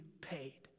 paid